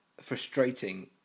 frustrating